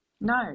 No